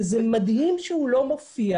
וזה מדהים שהוא לא מופיע,